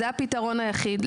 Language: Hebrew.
זה הפתרון היחיד.